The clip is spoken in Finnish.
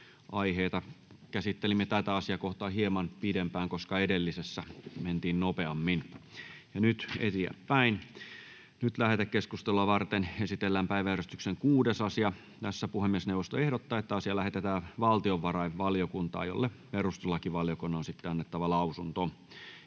tiellä, koska oikea tieto on se ainoa asia, jolla voidaan mennä eteenpäin. Lähetekeskustelua varten esitellään päiväjärjestyksen 6. asia. Puhemiesneuvosto ehdottaa, että asia lähetetään valtiovarainvaliokuntaan, jolle perustuslakivaliokunnan on annettava lausunto.